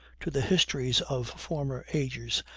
to the histories of former ages,